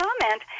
comment